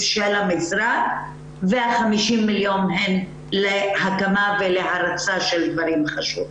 של המשרד וה-50 מיליון הם להקמה ולהרצה של דברים חדשים.